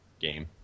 game